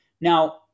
Now